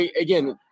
again